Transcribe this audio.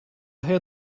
had